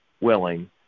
willing